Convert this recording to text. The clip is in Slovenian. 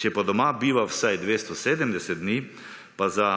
Če pa doma biva vsaj 270 dni pa za